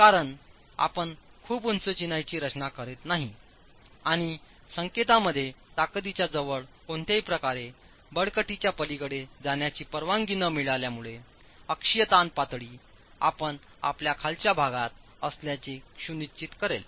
कारण आपण खूप उंच चिनाईची रचना करत नाही आणि संकेतामध्ये ताकदीच्या जवळ कोणत्याही प्रकारे बळकटीच्या पलीकडे जाण्याची परवानगी न मिळाल्यामुळे अक्षीय ताण पातळी आपण आपल्या खालच्या भागात असल्याचे सुनिश्चित करेल